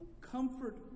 comfort